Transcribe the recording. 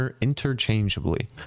interchangeably